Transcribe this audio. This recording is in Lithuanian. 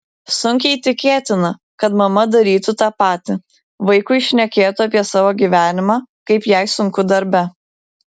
sunkiai tikėtina kad mama darytų tą patį vaikui šnekėtų apie savo gyvenimą kaip jai sunku darbe